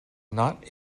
not